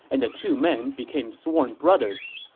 and the two men became sworn brothers.